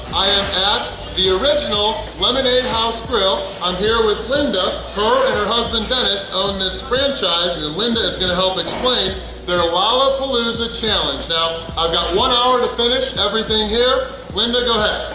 i am at the original lemonade house grille. i'm here with linda her and her husband dennis own this franchise and and linda is going to help explain their lollapalooza challenge now, i've got one hour to finish everything here linda go-ahead.